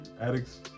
addicts